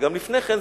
וגם לפני כן,